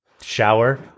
shower